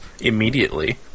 immediately